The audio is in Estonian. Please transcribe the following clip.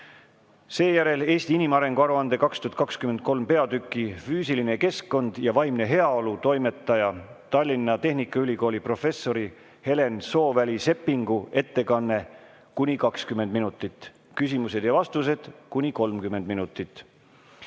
Seejärel tuleb "Eesti inimarengu aruande 2023" peatüki "Füüsiline keskkond ja vaimne heaolu" toimetaja, Tallinna Tehnikaülikooli professori Helen Sooväli‑Seppingu ettekanne kuni 20 minutit ning küsimused ja vastused kuni 30 minutit.